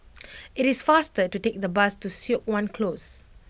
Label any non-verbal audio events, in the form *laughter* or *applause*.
*noise* it is faster to take the bus to Siok Wan Close